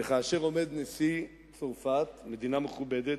וכאשר עומד נשיא צרפת, מדינה מכובדת,